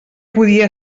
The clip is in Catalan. podia